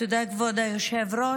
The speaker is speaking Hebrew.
תודה, כבוד היושב-ראש.